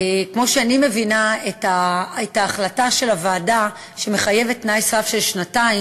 כמו שאני מבינה את ההחלטה של הוועדה שמחייבת תנאי סף של שנתיים,